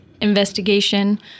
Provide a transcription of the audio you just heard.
investigation